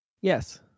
Yes